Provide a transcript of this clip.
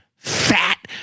Fat